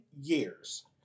years